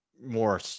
more